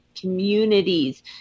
communities